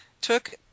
took